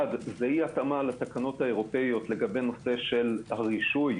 אחד זה אי התאמה לתקנות האירופאיות בנושא הרישוי,